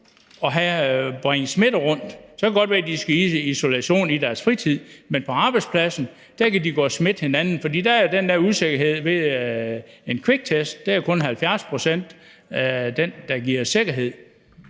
og bringe smitte rundt. Så kan det godt være, at de skal i isolation i deres fritid, men på arbejdspladsen kan de gå og smitte hinanden, for der er jo den der usikkerhed ved en kviktest, at den kun giver 70 pct. sikkerhed.